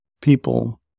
people